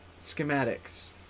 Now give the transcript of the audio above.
schematics